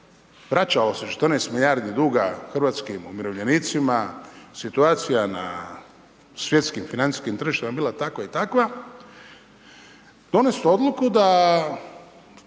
vraćalo se 14 milijardi duga hrvatskim umirovljenicima. Situacija na svjetskim financijskim tržištima je bila takva i takva, donijet odluku da